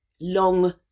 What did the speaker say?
long